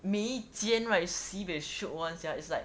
每一间 sibeh shiok [one] sia it's like